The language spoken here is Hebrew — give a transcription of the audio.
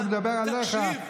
אני מדבר עליך.